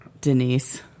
Denise